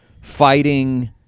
fighting